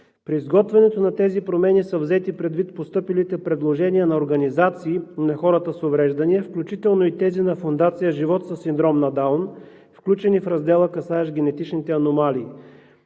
При изготвянето на тези промени са взети предвид постъпилите предложения на организациите на хората с увреждания, включително и тези на Фондация „Живот със Синдром на Даун“, включени в раздела, касаещ генетичните аномалии.